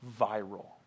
viral